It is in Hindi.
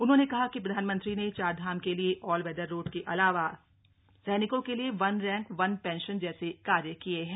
उन्होंने कहा कि प्रधानमंत्री ने चारधाम के लिए ऑलवेदर रोड के अलावा सैनिकों के लिए वन रैंक वन पेंशन जैसे कार्य किये हैं